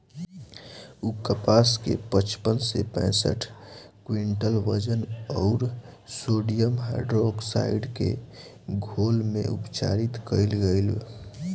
उ कपास के पचपन से पैसठ क्विंटल वजन अउर सोडियम हाइड्रोऑक्साइड के घोल में उपचारित कइल गइल